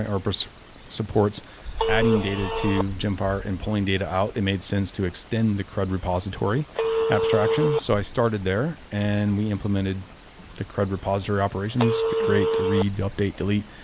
ah or but so supports adding data to gemfire and pulling data out, it made sense to extend the crud repository abstraction so i started there and we implemented the crud repository operations to create the read, update, delete.